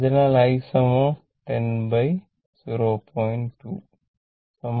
അതിനാൽ i 100